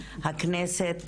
הכנסת